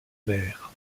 mer